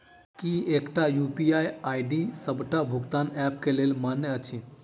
की एकटा UPI ID D सबटा भुगतान ऐप केँ लेल मान्य अछि?